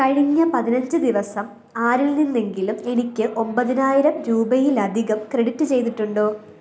കഴിഞ്ഞ പതിനഞ്ച് ദിവസം ആരിൽ നിന്നെങ്കിലും എനിക്ക് ഒമ്പതിനായിരം രൂപയിലധികം ക്രെഡിറ്റ് ചെയ്തിട്ടുണ്ടോ